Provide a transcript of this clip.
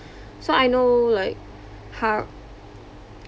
so I know like how